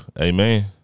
Amen